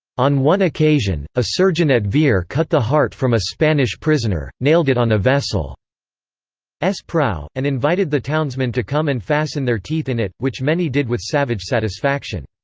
on one occasion, a surgeon at veer cut the heart from a spanish prisoner, nailed it on a vessel's prow, and invited the townsmen to come and fasten their teeth in it, which many did with savage satisfaction.